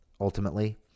ultimately